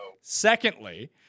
secondly